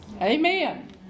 Amen